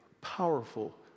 powerful